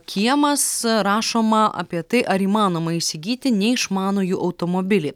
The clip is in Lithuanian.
kiemas rašoma apie tai ar įmanoma įsigyti neišmanųjį automobilį